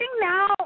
now